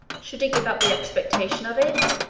should he give up the expectation of it?